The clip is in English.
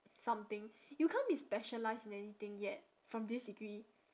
something you can't be specialised in anything yet from this degree